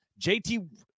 JT